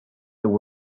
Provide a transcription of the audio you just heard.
there